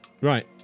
Right